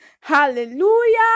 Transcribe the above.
Hallelujah